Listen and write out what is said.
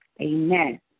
Amen